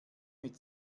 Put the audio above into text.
mit